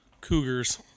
cougars